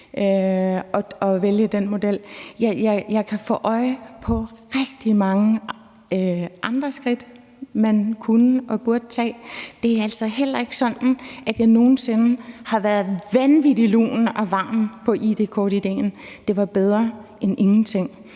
Jeg kan få øje på rigtig mange andre skridt, man kunne og burde tage. Det er altså heller ikke sådan, at jeg nogen sinde har været vanvittig lun og varm på id-kortidéen. Det var bedre end ingenting,